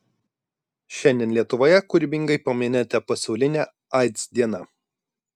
šiandien lietuvoje kūrybingai paminėta pasaulinė aids diena